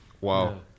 Wow